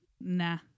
nah